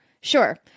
Sure